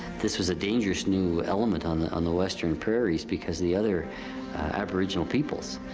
this was a dangerous new element on the on the western prairies, because the other aboriginal peoples.